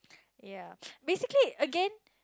ya basically again